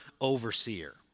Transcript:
overseer